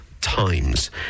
times